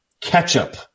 ketchup